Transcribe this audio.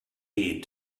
heed